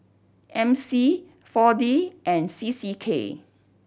M C Four D and C C K